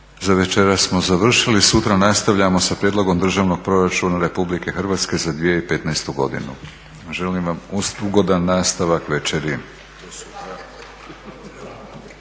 Za večeras smo završili. Sutra nastavljamo sa Prijedlogom Državnog proračuna Republike Hrvatske za 2015. godinu. Želim vam ugodan nastavak večeri.